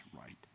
right